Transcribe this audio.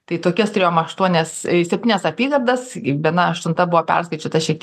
tai tokias turėjom aštuonias septynias apygardas viena aštunta buvo perskaičiuota šiek